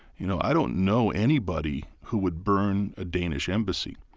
you know, i don't know anybody who would burn a danish embassy.